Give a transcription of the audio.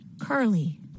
Curly